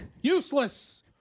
Useless